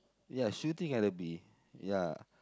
ya shooting at the bee ya